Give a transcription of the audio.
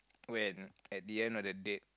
when at the end of the date